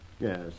Yes